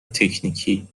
تکنیکی